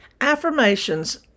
affirmations